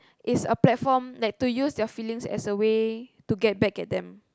it's a platform like to use your feelings as a way to get back at them